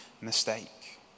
mistake